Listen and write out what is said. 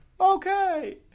okay